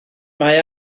mae